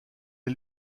est